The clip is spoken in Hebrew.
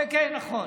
כן, נכון.